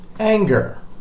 Anger